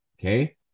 Okay